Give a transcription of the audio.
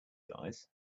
guys